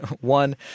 One